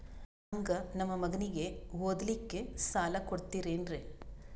ಹಂಗ ನಮ್ಮ ಮಗನಿಗೆ ಓದಲಿಕ್ಕೆ ಸಾಲ ಕೊಡ್ತಿರೇನ್ರಿ?